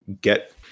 get